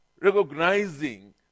recognizing